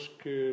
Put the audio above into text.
que